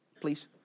please